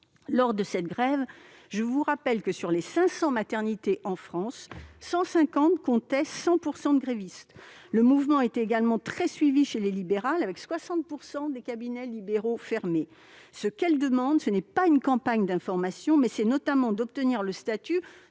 Lors de la grève, je vous rappelle que, sur les 500 maternités de France, 150 comptaient 100 % de grévistes. Le mouvement a également été très suivi chez les sages-femmes libérales, avec 60 % des cabinets fermés. Ce qu'elles demandent, ce n'est pas une campagne d'information, mais c'est notamment d'obtenir le statut de